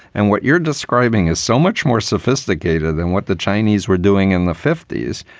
and what you're describing is so much more sophisticated than what the chinese were doing in the fifty s.